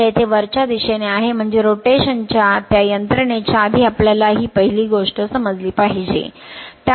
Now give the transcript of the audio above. तर येथे वरच्या दिशेने आहे म्हणजे रोटेशन च्या त्या यंत्रणेच्या आधी आपल्याला ही पहिली गोष्ट समजली पाहिजे